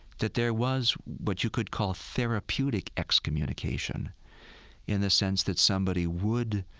that there was what you could call therapeutic excommunication in the sense that somebody would,